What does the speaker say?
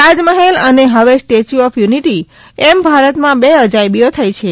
તાજમહેલ અને હવે Statue of Unity એમ ભારતમાં બે અજાયબીઓ થઇ છે